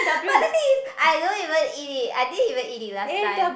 but the thing is I don't even eat it I didn't even eat it last time